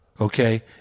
Okay